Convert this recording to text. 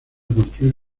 construir